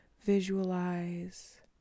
visualize